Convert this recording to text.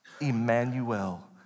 Emmanuel